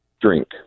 drink